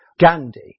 Gandhi